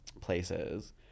places